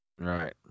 Right